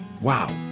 Wow